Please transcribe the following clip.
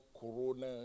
corona